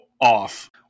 off